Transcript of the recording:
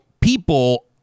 people